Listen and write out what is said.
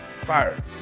Fire